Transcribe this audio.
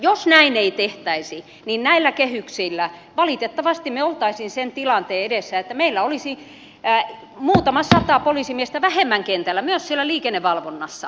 jos näin ei tehtäisi niin näillä kehyksillä valitettavasti me olisimme sen tilanteen edessä että meillä olisi muutama sata poliisimiestä vähemmän kentällä myös siellä liikennevalvonnassa tulevaisuudessa